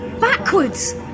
Backwards